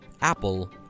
Apple